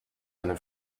eine